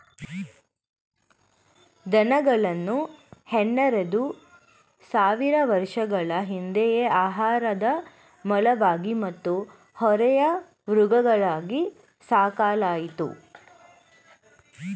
ದನಗಳನ್ನು ಹನ್ನೆರೆಡು ಸಾವಿರ ವರ್ಷಗಳ ಹಿಂದೆಯೇ ಆಹಾರದ ಮೂಲವಾಗಿ ಮತ್ತು ಹೊರೆಯ ಮೃಗಗಳಾಗಿ ಸಾಕಲಾಯಿತು